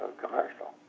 commercial